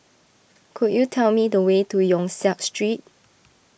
could you tell me the way to Yong Siak Street